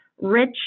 rich